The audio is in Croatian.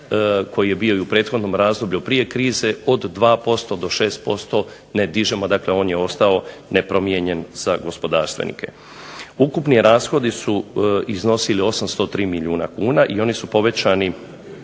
koji je bio i u prethodnom razdoblju prije krize od 2% do 6% ne dižemo, dakle on je ostao nepromijenjen za gospodarstvenike. Ukupni rashodi su iznosili 803 milijuna kuna i oni su povećani